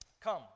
come